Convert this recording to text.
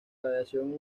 radiación